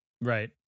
Right